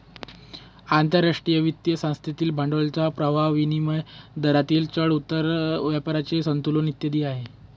आंतरराष्ट्रीय वित्त संस्थेतील भांडवलाचा प्रवाह, विनिमय दरातील चढ उतार, व्यापाराचे संतुलन इत्यादी आहे